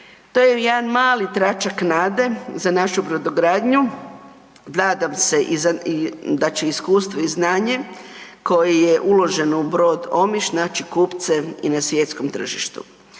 To je jedan mali tračak nade za našu brodogradnju. Nadam se da će iskustvo i znanje koje je uloženo u brod Omiš naći kupce i na svjetskom tržištu.